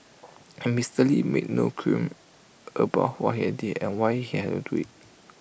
and Mister lee made no qualms about what he had did and why he had to do IT